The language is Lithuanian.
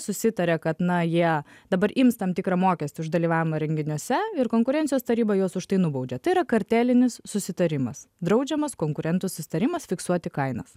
susitaria kad na jie dabar ims tam tikrą mokestį už dalyvavimą renginiuose ir konkurencijos taryba juos už tai nubaudžia tai yra kartelinis susitarimas draudžiamas konkurentų susitarimas fiksuoti kainas